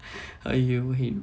!aiyo! !aiyo!